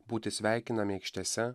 būti sveikinami aikštėse